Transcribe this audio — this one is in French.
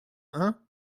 hein